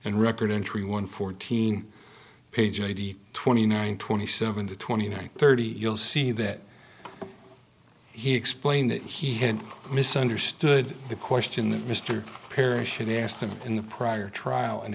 and record entry one fourteen page twenty nine twenty seven to twenty nine thirty you'll see that he explained that he had misunderstood the question that mr parrish and asked him in the prior trial and